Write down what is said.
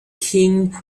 king